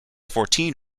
fourteen